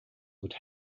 would